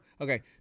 Okay